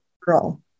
girl